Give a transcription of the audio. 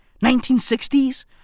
1960s